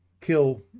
kill